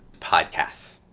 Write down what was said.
podcasts